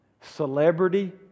celebrity